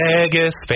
Vegas